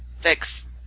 fix